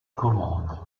commandes